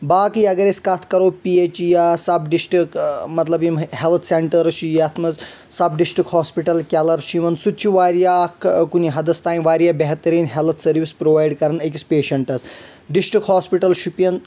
باقےٕ اگر أسۍ کتھ کرو پی ایچ ای یا سب ڈِسٹِک مظلب یِم ہٮ۪لتھ سٮ۪نٹٲرس چھ یتھ منٛز سب ڈِسٹکٹ ہاسپٹل کٮ۪لر چھُ یِوان سُہ تہِ چھ واریاہ اکھ کُنہِ حدس تام واریاہ بہتریٖن ہٮ۪لتھ سٔروِس پرووایِڈ کران أکِس پیشنٹس ڈِسٹکٹ ہاسپٹل شُپین